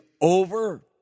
over